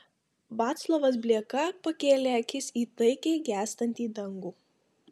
vaclovas blieka pakėlė akis į taikiai gęstantį dangų